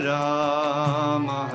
Rama